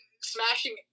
smashing